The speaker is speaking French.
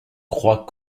croient